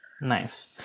Nice